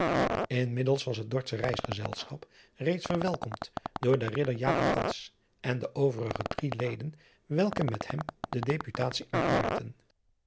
inmiddels was het dordsche reisgezelschap reeds verwelkomd door den ridder jacob cats en de overige drie leden welke met hem de deputatie uitmaakten